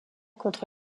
contre